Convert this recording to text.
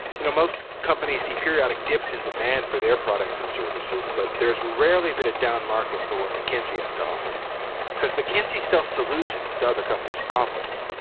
you know, most companies see periodic dips in demand for their products and services, but there's rarely been a down market for mckinsey has to offer because mckinsey says solutions to other companies problems.